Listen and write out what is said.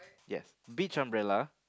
yes beach umbrella